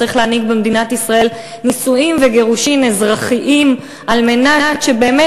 צריך להנהיג במדינת ישראל נישואים וגירושים אזרחיים על מנת שבאמת